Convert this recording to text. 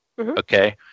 okay